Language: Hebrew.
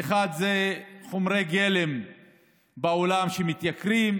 האחת היא חומרי הגלם בעולם שמתייקרים,